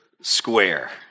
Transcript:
square